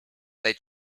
they